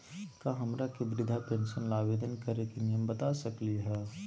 का हमरा के वृद्धा पेंसन ल आवेदन करे के नियम बता सकली हई?